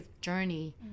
journey